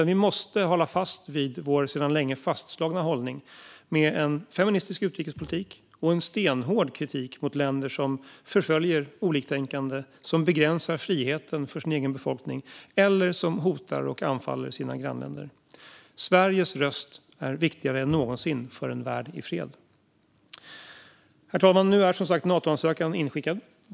Vi måste hålla fast vid vår sedan länge fastslagna hållning med en feministisk utrikespolitik och en stenhård kritik mot länder som förföljer oliktänkande, begränsar friheten för sin egen befolkning eller hotar och anfaller sina grannländer. Sveriges röst är viktigare än någonsin för en värld i fred. Herr talman! Nu är som sagt Natoansökan inskickad.